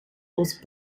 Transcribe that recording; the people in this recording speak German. ost